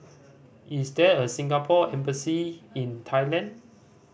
is there a Singapore Embassy in Thailand